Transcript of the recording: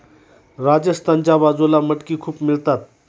राजस्थानच्या बाजूला मटकी खूप मिळतात